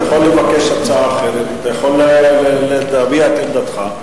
אתה יכול לבקש הצעה אחרת ואתה יכול להביע את עמדתך.